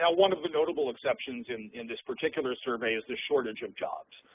yeah one of the notable exceptions in in this particular survey is the shortage of jobs,